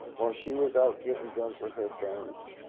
while she was out getting drunk with her friends,